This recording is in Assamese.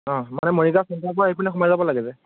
অ' মানে মৰিগাঁও পৰা এইফালে সোমাই যাব লাগে যে